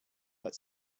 but